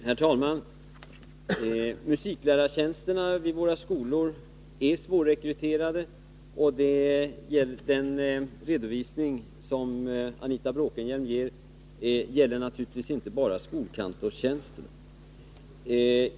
Herr talman! Musiklärartjänsterna vid våra skolor är svårrekryterade. Den redovisning som Anita Bråkenhielm ger gäller naturligtvis inte bara skolkantorstjänsterna.